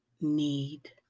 need